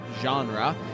genre